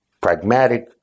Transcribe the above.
pragmatic